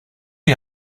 est